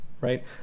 right